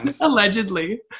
allegedly